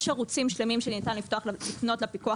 יש ערוצים שלמים שבאמצעותם ניתן לפנות לפיקוח